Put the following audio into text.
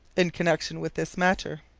in connection with this matter.